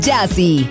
Jazzy